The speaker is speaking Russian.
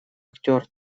актер